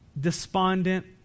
despondent